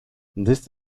this